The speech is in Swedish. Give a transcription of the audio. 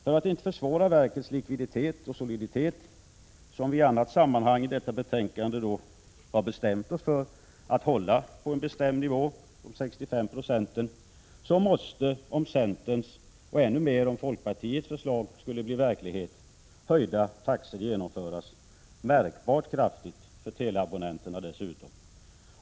För att inte göra det svårare för verket då det gäller dess likviditet och soliditet, som vi i annat sammanhang i detta betänkande har bestämt oss för att hålla på en bestämd nivå, 65 96, måste — om centerns och ännu mer om folkpartiets förslag skulle bli verklighet — höjda taxor genomföras, märkbart kraftigt för teleabonnenterna dessutom.